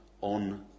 on